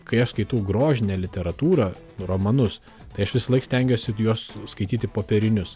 kai aš skaitau grožinę literatūrą romanus tai aš visąlaik stengiuosi juos skaityti popierinius